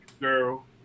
girl